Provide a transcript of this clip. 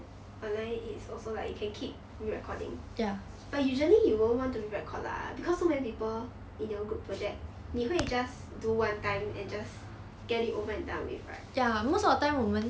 online is also like you can keep re-recording but usually you won't want to re-record lah because so many people in your group project 你会 just do one time and just get it over and done with right